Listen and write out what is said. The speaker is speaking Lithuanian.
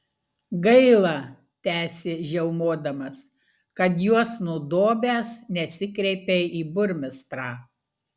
gaila tęsė žiaumodamas kad juos nudobęs nesikreipei į burmistrą